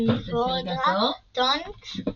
נימפדורה טונקס,